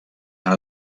han